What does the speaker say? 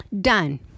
done